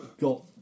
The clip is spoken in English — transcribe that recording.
got